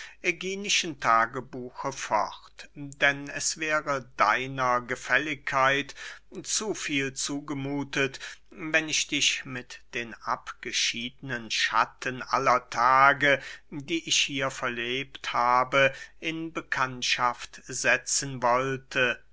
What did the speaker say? äginischen tagebuche fort denn es wäre deiner gefälligkeit zu viel zugemuthet wenn ich dich mit den abgeschiedenen schatten aller tage die ich hier verlebt habe in bekanntschaft setzen wollte